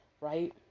right